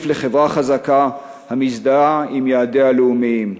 לחברה חזקה המזדהה עם יעדיה הלאומיים.